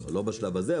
זה לא בשלב הזה,